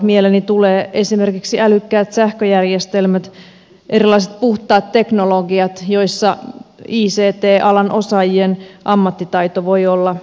mieleeni tulee esimerkiksi älykkäät sähköjärjestelmät erilaiset puhtaat teknologiat joissa ict alan osaajien ammattitaito voi olla hyödyksi